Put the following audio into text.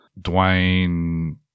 Dwayne